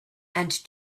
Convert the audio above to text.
and